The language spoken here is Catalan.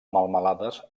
melmelades